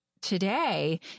today